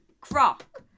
croc